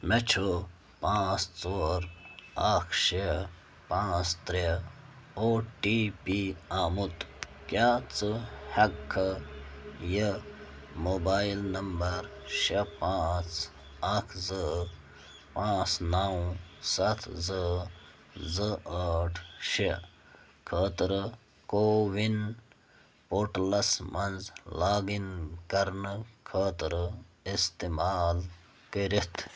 مےٚ چھُ پانٛژھ ژور اَکھ شےٚ پانٛژھ ترٛےٚ او ٹی پی آمُت کیٛاہ ژٕ ہٮ۪کہٕ کھہٕ یہِ موبایِل نمبر شےٚ پانٛژھ اَکھ زٕ پانٛژھ نَو سَتھ زٕ زٕ ٲٹھ شےٚ خٲطرٕ کووِن پورٹَلَس منٛز لاگ اِن کرنہٕ خٲطرٕ اِستعمال کٔرِتھ